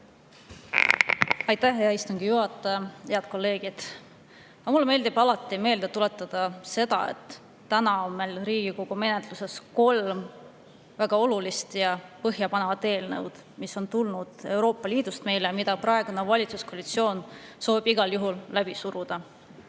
Aitäh, hea istungi juhataja! Head kolleegid! Mulle meeldib alati meelde tuletada seda, et täna on meil Riigikogu menetluses kolm väga olulist ja põhjapanevat eelnõu, mis on meile tulnud Euroopa Liidust ja mida praegune valitsuskoalitsioon soovib igal juhul läbi suruda.